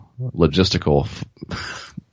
logistical